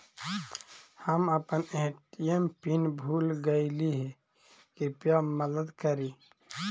हम अपन ATM pin भूल गईली हे, कृपया मदद करी